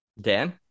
dan